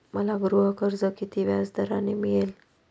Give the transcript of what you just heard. मला गृहकर्ज किती व्याजदराने मिळेल?